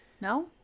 No